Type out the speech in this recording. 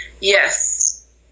Yes